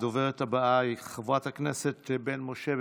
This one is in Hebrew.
הדוברת הבאה היא חברת הכנסת בן משה.